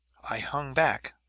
i hung back,